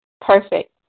Perfect